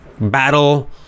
battle